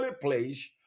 place